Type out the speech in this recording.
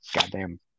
goddamn